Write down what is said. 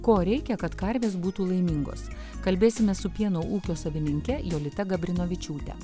ko reikia kad karvės būtų laimingos kalbėsime su pieno ūkio savininke jolita gabrinovičiūte